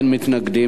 אין מתנגדים.